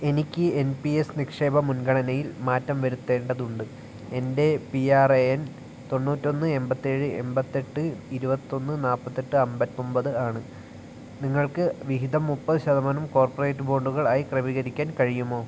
എനിക്ക് N P S നിക്ഷേപ മുൻഗണനയിൽ മാറ്റം വരുത്തേണ്ടതുണ്ട് എൻ്റെ പി ആർ എ എൻ തൊണ്ണൂറ്റി ഒന്ന് എൺപത്തി ഏഴ് എൺപത്തി എട്ട് ഇരുപത്തി ഒന്ന് നാല്പത്തി എട്ട് അമ്പത്തി ഒമ്പത് ആണ് നിങ്ങൾക്ക് വിഹിതം മുപ്പത് ശതമാനം കോർപ്പറേറ്റ് ബോണ്ടുകൾ ആയി ക്രമീകരിക്കാൻ കഴിയുമോ